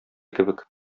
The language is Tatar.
кебек